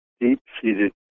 deep-seated